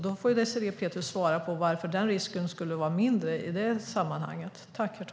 Då får Désirée Pethrus svara på varför den risken skulle vara mindre i det sammanhanget.